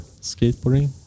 skateboarding